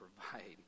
provide